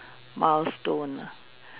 milestone